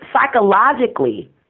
psychologically